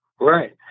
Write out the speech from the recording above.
Right